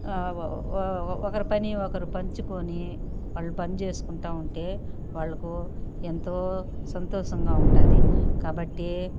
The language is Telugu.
ఒ ఒకరి పని ఒకరు పంచుకొని వాళ్లు పని చేసుకుంటా ఉంటే వాళ్లకు ఎంతో సంతోషంగా ఉంటుంది కాబట్టి